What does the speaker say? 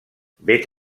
vet